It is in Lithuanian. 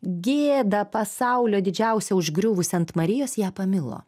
gėdą pasaulio didžiausią užgriuvusią ant marijos ją pamilo